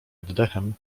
oddechem